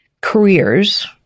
careers